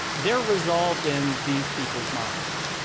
they're resolved in these people's minds.